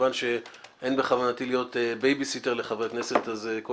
מכיוון שאין בכוונתי להיות בייביסיטר לחברי הכנסת אז שכל